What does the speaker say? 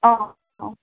অঁ অঁ